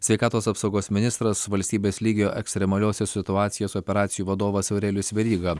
sveikatos apsaugos ministras valstybės lygio ekstremaliosios situacijos operacijų vadovas aurelijus veryga